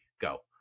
Go